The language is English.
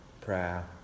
prayer